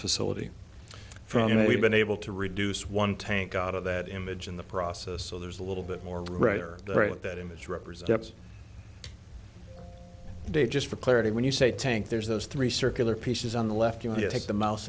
facility from you know we've been able to reduce one tank out of that image in the process so there's a little bit more right or right that image represents a day just for clarity when you say tank there's those three circular pieces on the left you know you take the mouse